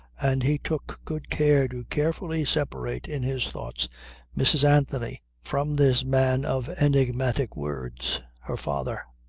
and he took good care to carefully separate in his thoughts mrs. anthony from this man of enigmatic words her father.